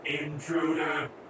Intruder